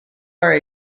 are